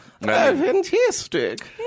Fantastic